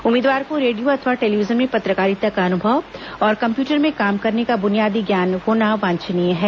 उम्मीदवार को रेडियो अथवा टेलीविजन में पत्रकारिता का अनुभव और कम्प्यूटर में काम करने का ब्नियादी ज्ञान होना वांछनीय है